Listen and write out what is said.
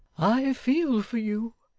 i feel for you,